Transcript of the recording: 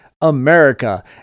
America